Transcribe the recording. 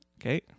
Okay